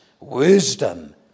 wisdom